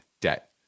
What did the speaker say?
debt